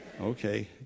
Okay